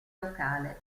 locale